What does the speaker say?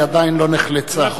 היא עדיין לא נחלצה.